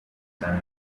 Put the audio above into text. planet